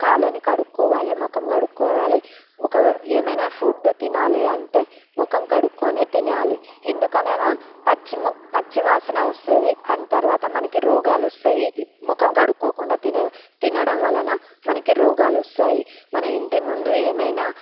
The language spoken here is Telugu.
కాళ్ళని కడుక్కోవాలి మొఖం కడుక్కోవాలి ఒక ఏమయినా ఫుడ్డు తినాలి అంటే మొఖం కడుక్కుని తినాలి ఎందుకనగా పచ్చిమొ పచ్చివాసన వస్తుంది అండ్ తర్వాత మనకి రోగాలొస్తయి మొఖం కడుక్కోకుండా తినే తినడం వలన మనకి రోగాలొస్తాయి మన ఇంటి ముందు ఏమయినా